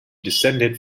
descended